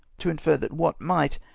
to infer that watt might,